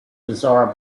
bizarre